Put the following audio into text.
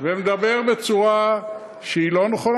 ומדבר בצורה שהיא לא נכונה,